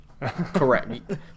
correct